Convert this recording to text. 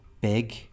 big